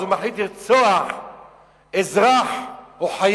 אז הוא מחליט לרצוח אזרח או חייל,